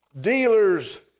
dealers